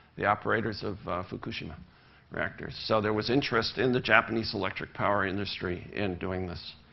the operators of fukushima reactors. so there was interest in the japanese electric power industry in doing this.